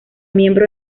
miembro